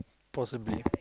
possibly